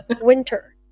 winter